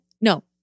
No